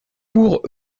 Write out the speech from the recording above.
pour